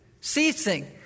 Ceasing